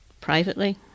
privately